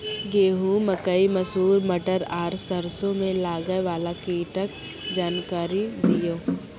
गेहूँ, मकई, मसूर, मटर आर सरसों मे लागै वाला कीटक जानकरी दियो?